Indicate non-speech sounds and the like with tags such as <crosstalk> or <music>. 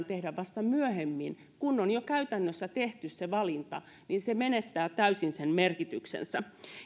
<unintelligible> tehdä vasta myöhemmin kun on jo käytännössä tehty se valinta niin se menettää täysin merkityksensä